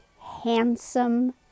handsome